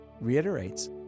reiterates